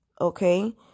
okay